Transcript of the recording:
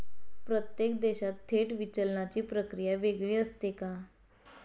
प्रत्येक देशात थेट विचलनाची प्रक्रिया वेगळी असते का?